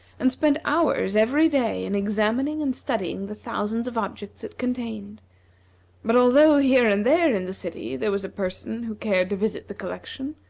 and spent hours every day in examining and studying the thousands of objects it contained but although here and there in the city there was a person who cared to visit the collection,